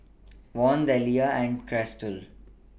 Von Deliah and Chrystal